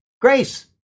grace